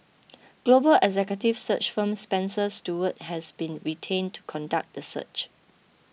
global executive search firm Spencer Stuart has been retained to conduct the search